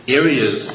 areas